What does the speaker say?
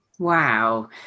Wow